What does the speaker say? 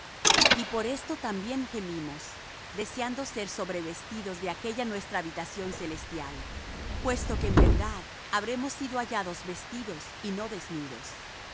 y por esto también gemimos deseando ser sobrevestidos de aquella nuestra habitación celestial puesto que en verdad habremos sido hallados vestidos y no desnudos